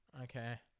Okay